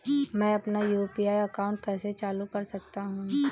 मैं अपना UPI account कैसे चालू कर सकता हूँ?